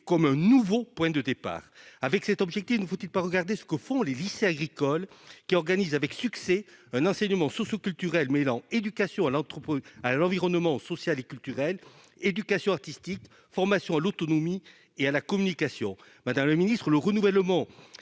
comme un nouveau point de départ ? Face à un tel objectif, ne faut-il pas étudier ce que font les lycées agricoles, lesquels organisent avec succès un enseignement socioculturel mêlant éducation à l'environnement social et culturel, éducation artistique, formation à l'autonomie et à la communication ? Madame la ministre, le renouvellement